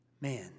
Man